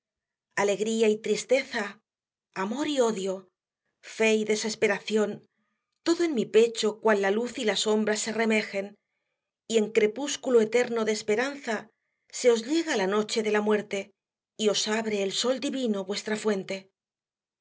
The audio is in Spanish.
alegría y tristeza amor y odio fe y desesperación todo en mi pecho cual la luz y la sombra se reme jen y en crepúsculo eterno de esperanza se os llega la noche de la muerte y os abre el sol divino vuestra fuente